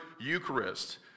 Eucharist